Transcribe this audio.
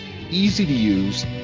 easy-to-use